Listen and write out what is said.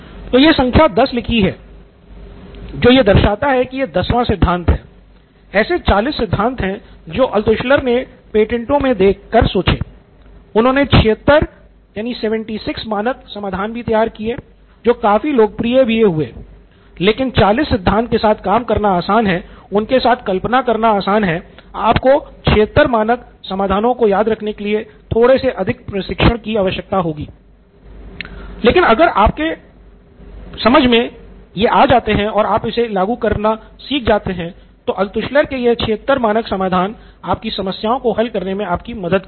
तो यह संख्या दस मानक समाधान आपकी समस्याओं को हल करने मे आपकी मदद करेंगे